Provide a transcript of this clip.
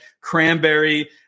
Cranberry